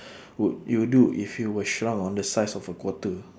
would you do if you were shrunk on the size of a quarter